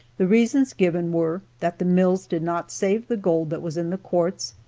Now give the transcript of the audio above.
the reasons given were, that the mills did not save the gold that was in the quartz,